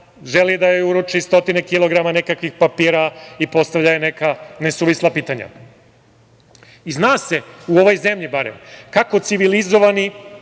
želi da joj uruči stotine kilograma nekakvih papira i postavlja joj neka nesuvisla pitanja. Zna se, u ovoj zemlji barem, kako civilizovani